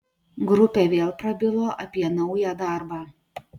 grupė vėl prabilo apie naują darbą